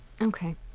Okay